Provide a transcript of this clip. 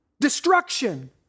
destruction